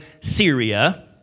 syria